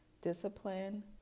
discipline